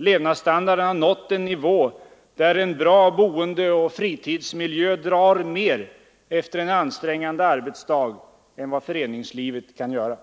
Levnadsstandarden har nått en nivå där en bra boendeoch fritidsmiljö drar mer efter en ansträngande arbetsdag än vad föreningslivet kan göra,